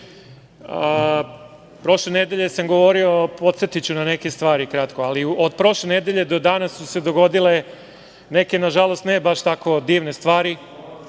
prošle nedelje sam govorio, podsetiću kratko na neke stvari, ali od prošle nedelje do danas su se dogodile neke nažalost ne baš tako divne stvari